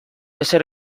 ezer